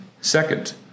Second